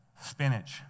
spinach